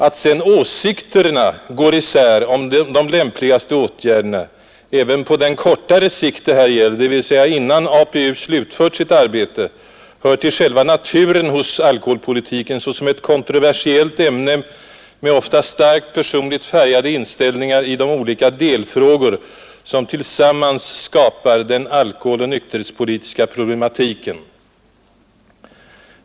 Att sedan åsikterna går isär om de lämpligaste åtgärderna, även på den kortare sikt det här gäller, dvs. innan APU slutfört sitt arbete, hör till själva naturen hos alkoholpolitiken såsom ett kontroversiellt ämne med ofta starkt personligt färgade inställningar i de olika delfrågor, som tillsammans skapar den alkoholeller nykterhetspolitiska problematiken.